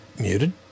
muted